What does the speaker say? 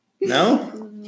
No